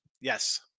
Yes